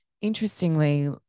interestingly